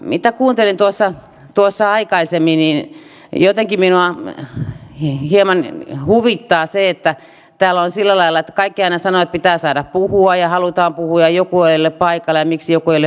mitä kuuntelin tuossa aikaisemmin niin jotenkin minua hieman huvittaa se että täällä on sillä lailla että kaikki aina sanovat että pitää saada puhua ja halutaan puhua ja joku ei ole paikalla ja miksi joku ei ole paikalla